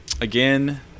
Again